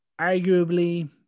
arguably